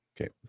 Okay